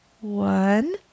One